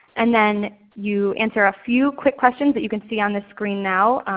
and then you answer a few quick questions that you can see on the screen now,